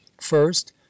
First